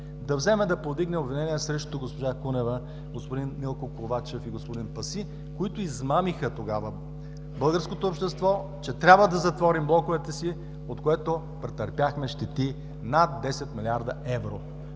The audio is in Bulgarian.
да вземе да повдигне обвинение срещу госпожа Кунева, господин Милко Ковачев и господин Паси, които измамиха тогава българското общество, че трябва да затворим блоковете си, от което претърпяхме щети над 10 млрд. евро